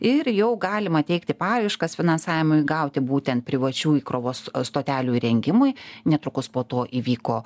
ir jau galima teikti paraiškas finansavimui gauti būtent privačių įkrovos stotelių įrengimui netrukus po to įvyko